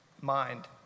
Mind